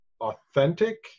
authentic